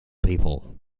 people